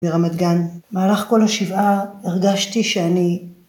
ברמת גן. מהלך כל השבעה הרגשתי שאני